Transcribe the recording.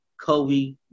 Kobe